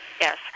Yes